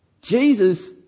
Jesus